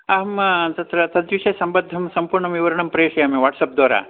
अहं तत्र तद्विषये सम्बद्धं समपूर्णं विवरणं प्रेषयामि वाट्सप्द्वारा